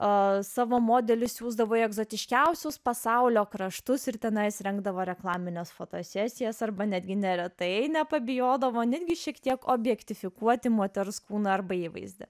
o savo modelius siųsdavo į egzotiškiausius pasaulio kraštus ir tenai surengdavo reklamines fotosesijas arba netgi neretai nepabijodavo netgi šiek tiek objektifikuoti moters kūną arba įvaizdį